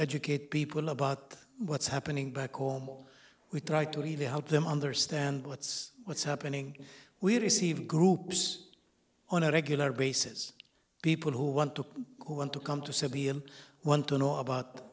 educate people about what's happening back home we try to really help them understand what's what's happening we receive groups on a regular basis people who want to who want to come to serbia want to know about